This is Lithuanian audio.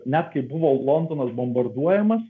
net kai buvo londonas bombarduojamas